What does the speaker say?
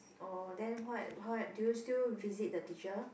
oh then what what do you still visit the teacher